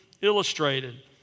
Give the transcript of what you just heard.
illustrated